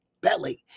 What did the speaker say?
belly